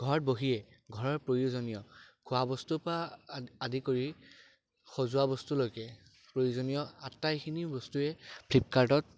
ঘৰত বহিয়ে ঘৰৰ প্ৰয়োজনীয় খোৱা বস্তুৰ পৰা আ আদি কৰি সজোৱা বস্তুলৈকে প্ৰয়োজনীয় আটাইখিনি বস্তুৱেই ফ্লিপকাৰ্টত